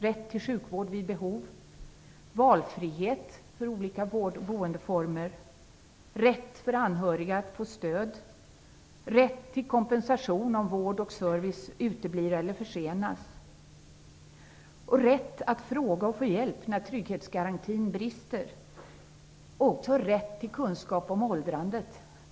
Rätt att fråga och få hjälp när trygghetsgarantin brister. Rätt till kunskap om åldrandet.